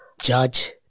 Judge